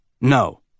No